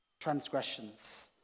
transgressions